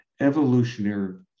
evolutionary